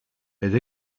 elle